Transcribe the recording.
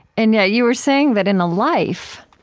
and yeah you were saying that in a life,